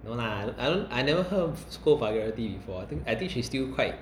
no lah I don't I never heard her scold vulgarity before I think I think she's still quite